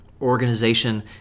organization